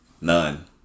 None